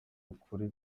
ukuri